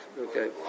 okay